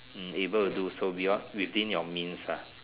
hmm able to do so without within your means ah